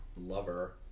Lover